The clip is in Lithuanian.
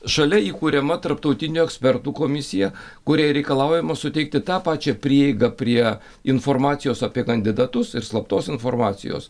šalia įkuriama tarptautinių ekspertų komisija kuriai reikalaujama suteikti tą pačią prieigą prie informacijos apie kandidatus ir slaptos informacijos